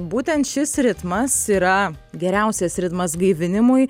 būtent šis ritmas yra geriausias ritmas gaivinimui